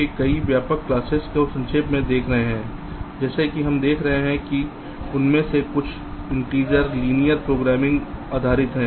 इसलिए हम एल्गोरिदम के कई व्यापक क्लासेज को संक्षेप में देख रहे हैं जैसे कि हम देखेंगे कि उनमें से कुछ इन्टिजर लीनियर प्रोग्रामिंग आधारित हैं